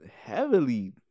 Heavily